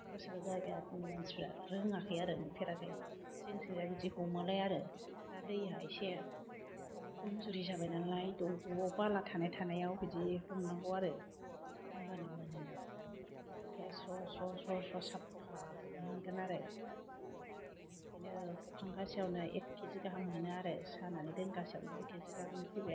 सोरबा सोरबा जायगानि मानसिफ्रा रोङाखै आरो नुफेराखै जों थिंजाय बिदि हमोलाय आरो दा दैआ एसे खम जुरि जाबाय नालाय दंगआव बाला थानाय थानायाव बिदि हमनांगौ आरो होनबानो मोनो एखे स्र स्र स्र साबफानो मोनगोन आरो बिदिनो हखांगासेयावनो एक किजि गाहाम मोनाय आरो सानानै दोनगासेयावनो एक किजि गाहाम फैबाय आरो